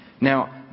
Now